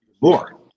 more